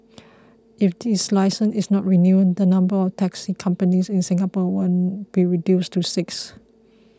if its licence is not renewed the number of taxi companies in Singapore will be reduced to six